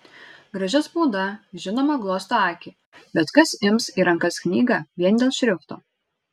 graži spauda žinoma glosto akį bet kas ims į rankas knygą vien dėl šrifto